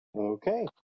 Okay